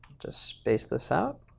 just space this out.